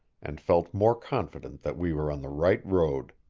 and felt more confident that we were on the right road.